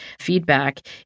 feedback